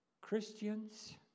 Christians